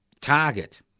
target